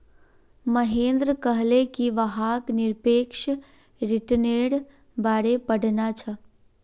महेंद्र कहले कि वहाक् निरपेक्ष रिटर्न्नेर बारे पढ़ना छ